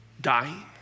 dying